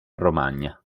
romagna